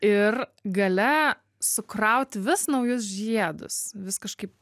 ir gale sukraut vis naujus žiedus vis kažkaip